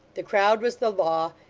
the crowd was the law,